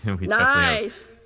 Nice